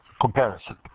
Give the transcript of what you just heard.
comparison